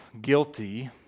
guilty